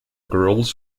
girls